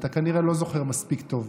אתה כנראה לא זוכר מספיק טוב.